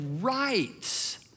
rights